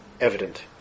evident